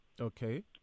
Okay